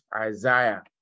Isaiah